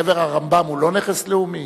קבר הרמב"ם הוא לא נכס לאומי?